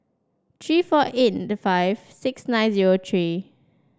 three four eight five six nine zero three